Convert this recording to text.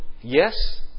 yes